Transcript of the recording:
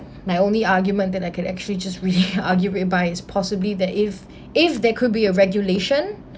my only argument that I can actually just really argue whereby is possibly that if if there could be a regulation